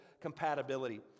compatibility